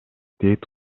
дейт